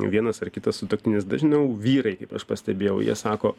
vienas ar kitas sutuoktinis dažniau vyrai kaip aš pastebėjau jie sako